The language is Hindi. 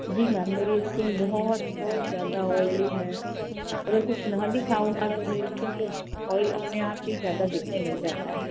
जी मैम मेरी स्किन बहुत बहुत ज़्यादा ऑयली है अगर कुछ ना भी खाऊँ न मेरे स्किन पर ऑइल अपने आप ही ज़्यादा दिखने लगता है